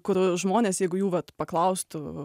kur žmonės jeigu jų vat paklaustų